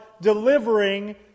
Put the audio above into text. delivering